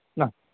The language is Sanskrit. न